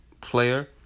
player